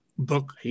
book